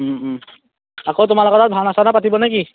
আকৌ তোমালোকৰ তাত ভাওনা চাওনা পাতিব নে কি